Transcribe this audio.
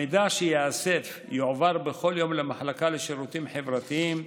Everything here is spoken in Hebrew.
המידע שייאסף יועבר בכל יום למחלקה לשירותים חברתיים,